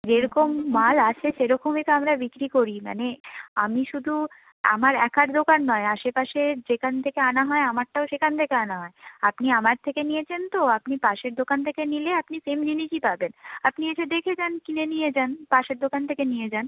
যে রকম মাল আসে সেরকমই তো আমরা বিক্রি করি মানে আমি শুধু আমার একার দোকান নয় আশেপাশের যেকান থেকে আনা হয় আমারটাও সেকান থেকে আনা হয় আপনি আমার থেকে নিয়েছেন তো আপনি পাশের দোকান থেকে নিলে আপনি সেম জিনিসই পাবেন আপনি এসে দেখে যান কিনে নিয়ে যান পাশের দোকান থেকে নিয়ে যান